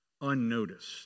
unnoticed